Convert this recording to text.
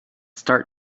start